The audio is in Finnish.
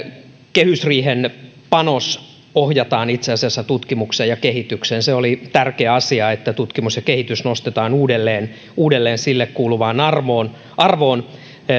kehysriihen panos ohjataan itse asiassa tutkimukseen ja kehitykseen se oli tärkeä asia että tutkimus ja kehitys nostetaan uudelleen uudelleen sille kuuluvaan arvoon arvoon